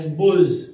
bulls